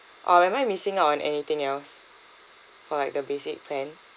uh am I missing out on anything else for like the basic plan